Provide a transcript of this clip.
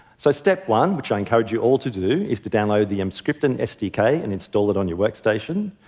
so step one, which i encourage you all to to do, is to download the emscripten sdk and install it on your workstation.